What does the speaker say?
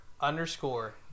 underscore